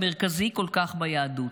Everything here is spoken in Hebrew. המרכזי כל כך ביהדות.